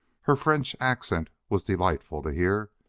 her french accent was delightful to hear,